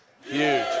huge